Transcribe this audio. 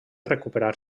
recuperar